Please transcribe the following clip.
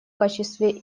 качестве